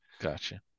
Gotcha